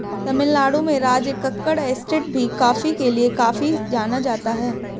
तमिल नाडु में राजकक्कड़ एस्टेट भी कॉफी के लिए काफी जाना जाता है